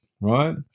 right